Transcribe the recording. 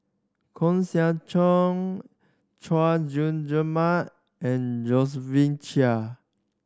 Koeh Sia Chong Chay Jung Jun Mark and Josephine Chia